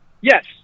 Yes